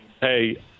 hey